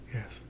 Yes